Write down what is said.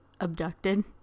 abducted